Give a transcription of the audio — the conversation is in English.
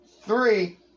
Three